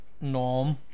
norm